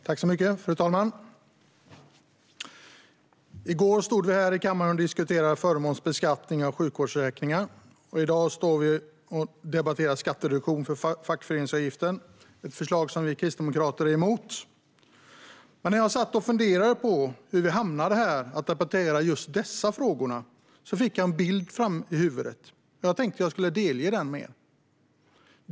Fru talman! I går stod vi här i kammaren och diskuterade förmånsbeskattning av sjukvårdsförsäkringar. I dag ska vi debattera skattereduktion för fackföreningsavgiften. Det är ett förslag som vi i Kristdemokraterna är emot. När jag satt och funderade på hur vi hamnade i att debattera just dessa frågor fick jag en bild i huvudet. Jag tänkte delge er den.